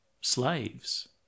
slaves